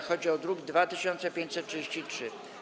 Chodzi o druk nr 2533.